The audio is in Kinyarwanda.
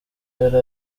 yari